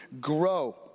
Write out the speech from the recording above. grow